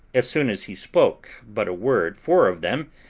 as soon as he spoke but a word, four of them,